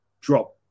drop